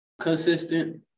consistent